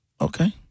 Okay